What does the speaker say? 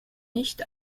nicht